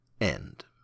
end